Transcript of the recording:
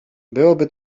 byłoby